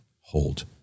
hold